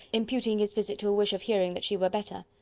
imputing his visit to a wish of hearing that she were better.